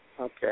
Okay